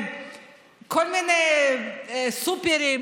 כל מיני סופרים,